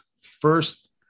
first